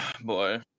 Boy